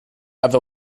other